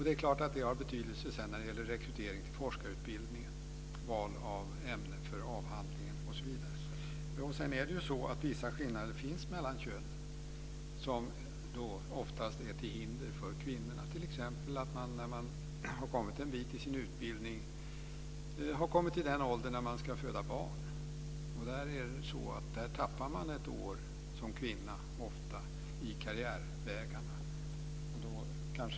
Det har sedan betydelse vid rekrytering till forskarutbildningen och val av ämne för avhandlingen osv. Vissa skillnader finns mellan könen som då oftast är till hinder för kvinnorna, t.ex. att när de har kommit en bit i sin utbildning har de kommit till den åldern att de ska föda barn. Där tappar kvinnorna ofta ett år i karriärvägarna.